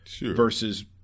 versus